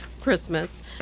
Christmas